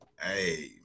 Hey